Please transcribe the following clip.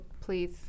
please